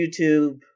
YouTube